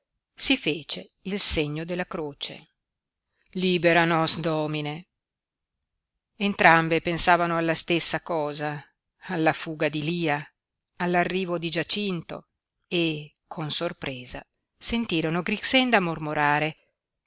si fece il segno della croce libera nos domine entrambe pensavano alla stessa cosa alla fuga di lia all'arrivo di giacinto e con sorpresa sentirono grixenda mormorare